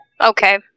okay